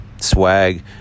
swag